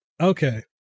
Okay